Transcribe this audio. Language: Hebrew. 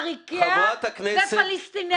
עריקיה ופלסטיניה.